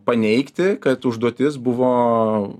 paneigti kad užduotis buvo